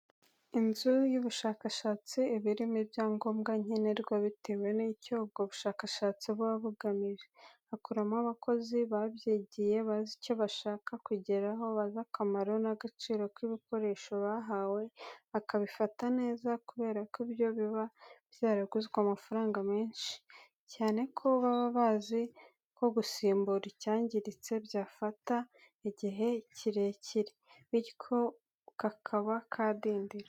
Inzu y'ubushakashatsi iba irimo ibyangombwa nkenerwa bitewe n'icyo ubwo bushakashatsi buba bugamije. Hakoramo abakozi babyigiye bazi icyo bashaka kugeraho, bazi akamaro n'agaciro k'ibikoresho bahawe, bakabifata neza kubera ko biba byaraguzwe amafaranga menshi, cyane ko baba bazi ko gusimbura icyangiritse byafata igihe kirekire. Bityo akazi kakaba kadindira.